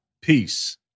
Peace